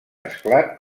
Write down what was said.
esclat